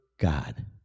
god